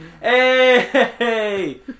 Hey